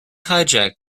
hijack